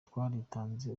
twaritanze